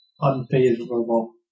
unfavorable